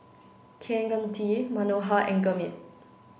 Kaneganti Manohar and Gurmeet